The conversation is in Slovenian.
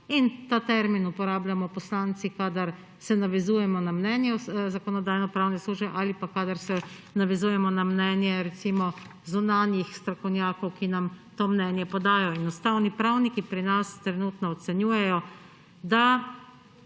in ta termin uporabljamo poslanci, kadar se navezujemo na mnenje Zakonodajno-pravne službe ali pa, kadar se navezujemo na mnenje, recimo, zunanjih strokovnjakov, ki nam to mnenje podajajo. Ustavni pravniki pri nas trenutno ocenjujejo, da